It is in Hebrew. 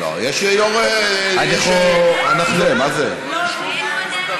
יש יו"ר, לא, סליחה.